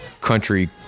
country